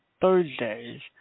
Thursdays